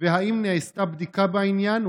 2. האם נעשתה בדיקה בעניין?